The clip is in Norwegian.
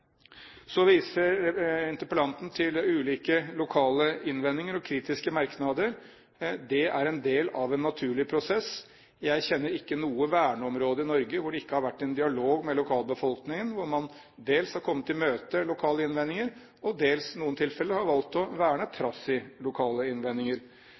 Så viser interpellanten til ulike lokale innvendinger og kritiske merknader. Det er en del av en naturlig prosess. Jeg kjenner ikke noe verneområde i Norge hvor det ikke har vært en dialog med lokalbefolkningen, hvor man dels har kommet lokale innvendinger i møte, og dels i noen tilfeller har valgt å verne trass i lokale innvendinger.